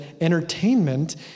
entertainment